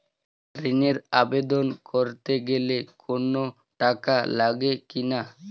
ঋণের আবেদন করতে গেলে কোন টাকা লাগে কিনা?